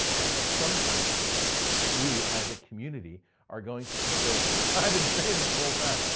at some point we as a community are going to take over. i've been saying this the whole time,